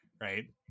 right